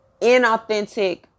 inauthentic